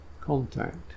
Contact